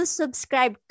subscribe